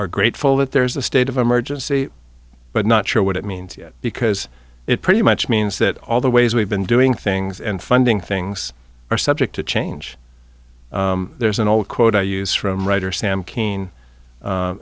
are grateful that there's a state of emergency but not sure what it means yet because it pretty much means that all the ways we've been doing things and funding things are subject to change there's an old quote i use from writer sam